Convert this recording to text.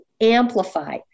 amplify